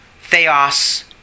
Theos